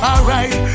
Alright